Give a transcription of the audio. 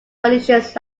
conditions